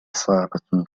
صعبة